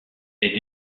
est